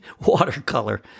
watercolor